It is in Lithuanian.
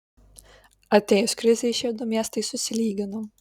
atėjus krizei šie du miestai susilygino